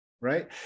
right